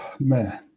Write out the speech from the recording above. Man